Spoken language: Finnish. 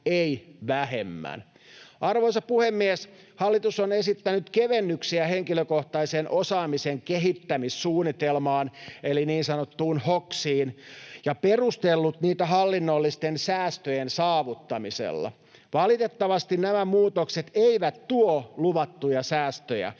ei vähemmän. Arvoisa puhemies! Hallitus on esittänyt kevennyksiä henkilökohtaisen osaamisen kehittämissuunnitelmaan eli niin sanottuun hoksiin ja perustellut niitä hallinnollisten säästöjen saavuttamisella. Valitettavasti nämä muutokset eivät tuo luvattuja säästöjä.